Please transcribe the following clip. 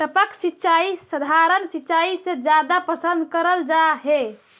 टपक सिंचाई सधारण सिंचाई से जादा पसंद करल जा हे